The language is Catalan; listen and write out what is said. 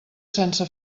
sense